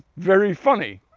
very funny,